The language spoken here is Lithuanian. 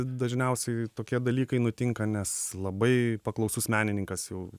dažniausiai tokie dalykai nutinka nes labai paklausus menininkas jau